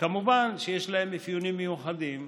כמובן, יש להם אפיונים מיוחדים,